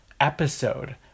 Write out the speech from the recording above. episode